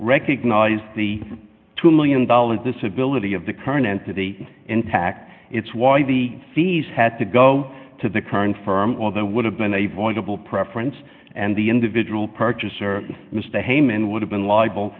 recognize the two million dollars this ability of the current entity intact it's why the fees had to go to the current firm or there would have been a valuable preference and the individual purchaser mr hayman would have been libel